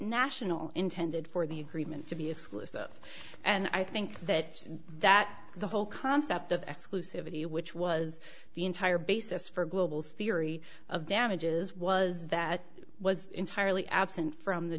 national intended for the agreement to be explicit and i think that that the whole concept of exclusivity which was the entire basis for global theory of damages was that was entirely absent from the